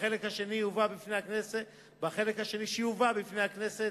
ובחלק השני שיובא בפני הכנסת